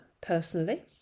personally